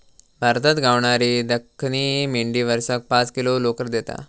भारतात गावणारी दख्खनी मेंढी वर्षाक पाच किलो लोकर देता